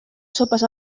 sopes